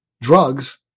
drugs